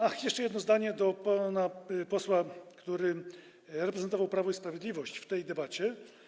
Ach, jeszcze jedno zadnie do pana posła, który reprezentował Prawo i Sprawiedliwość w tej debacie: